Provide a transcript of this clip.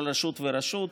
כל רשות ורשות,